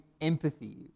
empathy